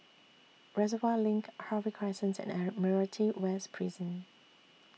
Reservoir LINK Harvey Crescent and Admiralty West Prison